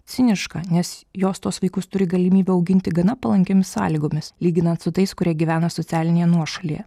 ciniška nes jos tuos vaikus turi galimybę auginti gana palankiomis sąlygomis lyginant su tais kurie gyvena socialinėje nuošalėje